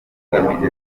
tugamije